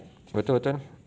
betul betul